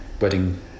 wedding